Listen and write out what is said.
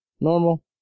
normal